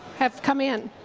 have come in.